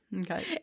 okay